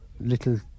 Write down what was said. little